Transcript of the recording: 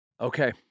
Okay